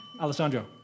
Alessandro